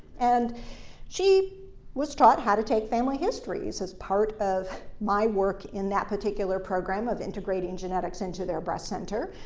and she was taught how to take family histories as part of my work in that particular program of integrating genetics into their breast center.